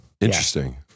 interesting